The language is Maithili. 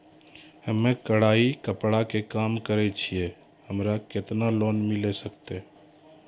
हम्मे कढ़ाई कपड़ा के काम करे छियै, हमरा केतना लोन मिले सकते?